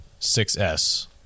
6S